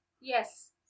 yes